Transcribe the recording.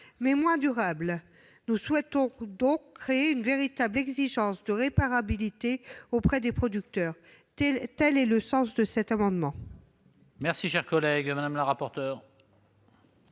mais moins durables. Nous souhaitons donc créer une véritable exigence de réparabilité auprès des producteurs. Tel est le sens de cet amendement. Quel est l'avis de la commission